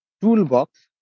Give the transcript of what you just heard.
toolbox